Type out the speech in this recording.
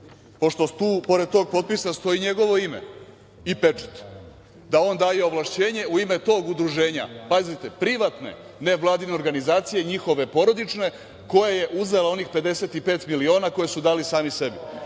Pošto tu pored njegovog potpisa, stoji njegovo ime i pečat, on daje ovlašćenje u ime tog udruženja, pazite privatne nevladine organizacije njihove porodične, koja je uzela onih 55 miliona koje su dali sami sebi. Ja